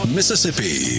Mississippi